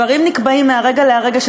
דברים נקבעים מהרגע להרגע,